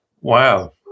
Wow